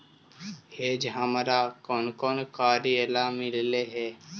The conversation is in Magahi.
हेज हमारा कौन कौन कार्यों ला मिलई हे